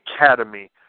Academy